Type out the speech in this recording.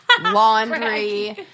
laundry